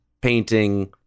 painting